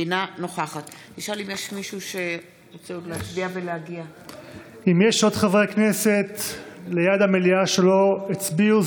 אינה נוכחת אם יש עוד חברי כנסת ליד המליאה שלא הצביעו,